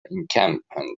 encampment